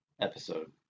episode